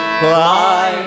fly